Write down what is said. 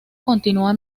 continúa